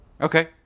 Okay